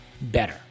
better